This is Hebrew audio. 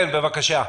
כן, בבקשה.